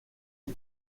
est